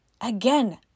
Again